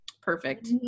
Perfect